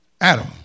Adam